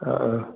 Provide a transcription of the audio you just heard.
ആ ആ